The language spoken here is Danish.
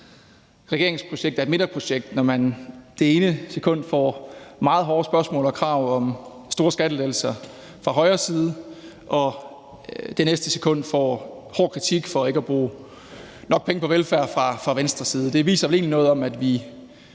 regeringens projekt er et midterprojekt, når man det ene sekund får meget hårde spørgsmål og krav om store skattelettelser fra højre side og det næste sekund får hård kritik for ikke at bruge nok penge på velfærd fra venstre side. Det viser vel egentlig noget om, at vi